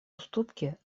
уступки